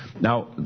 Now